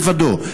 לבדו,